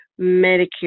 Medicare